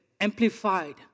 amplified